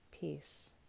peace